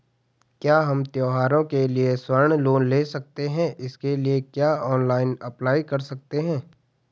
क्या हम त्यौहारों के लिए स्वर्ण लोन ले सकते हैं इसके लिए क्या ऑनलाइन अप्लाई कर सकते हैं?